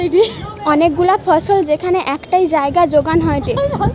অনেক গুলা ফসল যেখান একটাই জাগায় যোগান হয়টে